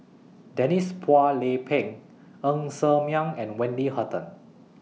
Denise Phua Lay Peng Ng Ser Miang and Wendy Hutton